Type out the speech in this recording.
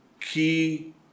key